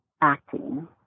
acting